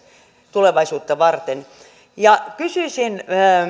tulevaisuutta varten kysyisin